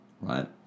right